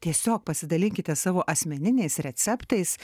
tiesiog pasidalinkite savo asmeniniais receptais